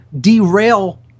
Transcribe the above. derail